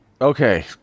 Okay